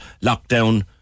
lockdown